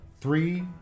Three